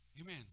amen